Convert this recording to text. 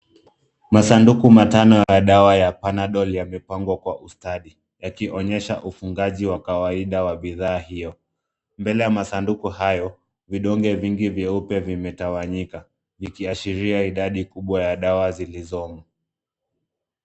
Masanduku matano ya dawa ya Panadol yamepangwa kwa ustadi yakionyesha ufungaji wa kawaida wa bidhaa hiyo. Mbele ya masanduku hayo, vidonge vingi vyeupe vimetawanyika vikiashiria idadi kubwa ya dawa zilizomo.